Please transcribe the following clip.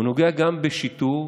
הוא נוגע גם בשיטור,